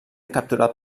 capturat